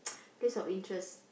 place of interest